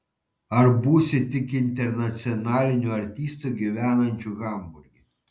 ar būsi tik internacionaliniu artistu gyvenančiu hamburge